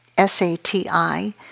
S-A-T-I